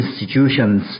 institutions